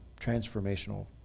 transformational